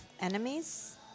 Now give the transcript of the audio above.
enemies